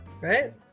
Right